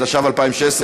התשע"ו 2016,